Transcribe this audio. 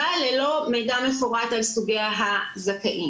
אבל ללא מידע מפורט על סוגי הזכאים,